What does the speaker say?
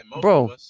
bro